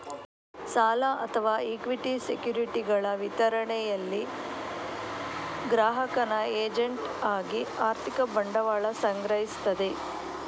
ಸಾಲ ಅಥವಾ ಇಕ್ವಿಟಿ ಸೆಕ್ಯುರಿಟಿಗಳ ವಿತರಣೆಯಲ್ಲಿ ಗ್ರಾಹಕನ ಏಜೆಂಟ್ ಆಗಿ ಆರ್ಥಿಕ ಬಂಡವಾಳ ಸಂಗ್ರಹಿಸ್ತದೆ